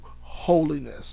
holiness